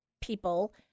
people